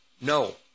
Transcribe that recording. No